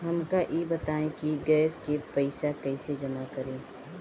हमका ई बताई कि गैस के पइसा कईसे जमा करी?